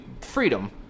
freedom